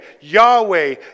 Yahweh